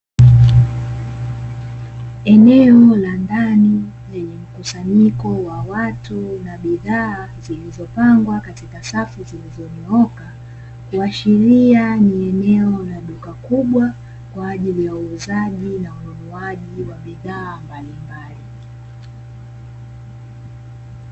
Eneo la dani lenye mkusanyiko wa watu na bidhaa zilizopangwa katika safu zilizonyooka, kuashiria ni eneo la duka kubwa kwa ajili ya uuzaji na ununuaji wa bidhaa mbalimbali.